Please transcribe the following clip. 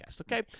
okay